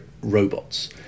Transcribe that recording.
robots